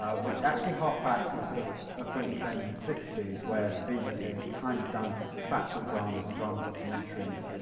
ah which actually harked back to a sort of ah film trend in the sixty s where the bbc had kind done factual dramas and drama documentaries.